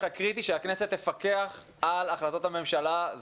הקריטי שהכנסת תפקח על החלטות הממשלה.